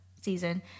season